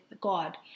god